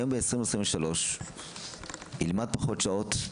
היום ב-2023 הוא ילמד פחות שעות,